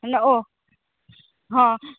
नहि ओ हँ